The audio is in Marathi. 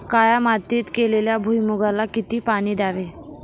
काळ्या मातीत केलेल्या भुईमूगाला किती पाणी द्यावे?